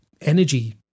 energy